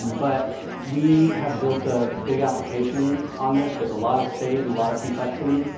but we have built a big application on this with a lot of state and a lot of complexity.